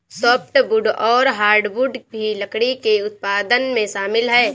softwood और hardwood भी लकड़ी के उत्पादन में शामिल है